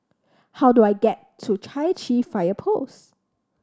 how do I get to Chai Chee Fire Post